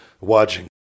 watching